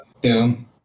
doom